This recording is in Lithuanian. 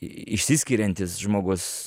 išsiskiriantis žmogus